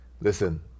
listen